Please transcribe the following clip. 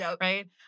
right